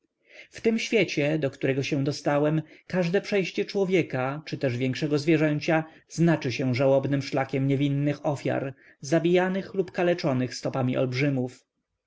wędrowca w tym świecie do którego się dostałem każde przejście człowieka czy też większego zwierzęcia znaczy się żałobnym szlakiem niewinnych ofiar zabijanych lub kaleczonych stopami olbrzymów